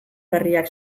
berriak